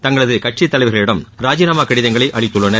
தங்களது கட்சி தலைவர்களிடம் ராஜினாமா கடிதம் அளித்துள்ளனர்